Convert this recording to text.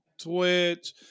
twitch